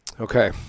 okay